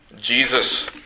Jesus